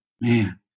man